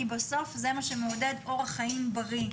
כי בסוף זה מה שמעודד אורח חיים בריא,